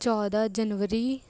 ਚੌਦਾਂ ਜਨਵਰੀ